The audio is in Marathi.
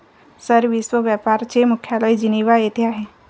सर, विश्व व्यापार चे मुख्यालय जिनिव्हा येथे आहे